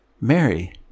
Mary